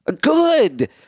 Good